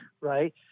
right